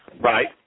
Right